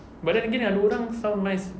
but then again yang ada orang sound nice